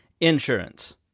insurance